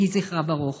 יהי זכרה ברוך.